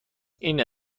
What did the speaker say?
این